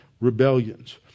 rebellions